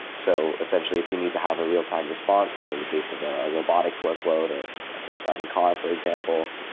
so, essentially, if you need to have a real-time response, so in the case of ah a robotics workload or a self-driving car, for example.